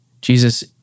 Jesus